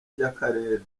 by’akarere